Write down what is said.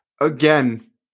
Again